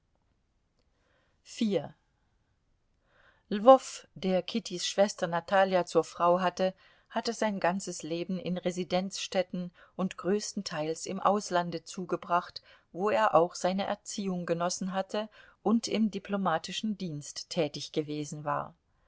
lwow der kittys schwester natalja zur frau hatte hatte sein ganzes leben in residenzstädten und großenteils im auslande zugebracht wo er auch seine erziehung genossen hatte und im diplomatischen dienst tätig gewesen war